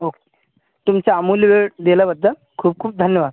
okay तुमचा अमूल्य वेळ दिल्याबद्दल खूप खूप धन्यवाद